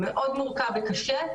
מאוד מורכב וקשה,